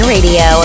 Radio